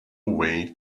way